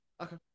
Okay